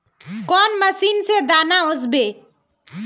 कौन मशीन से दाना ओसबे?